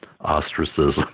ostracism